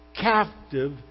captive